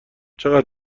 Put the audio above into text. چقدر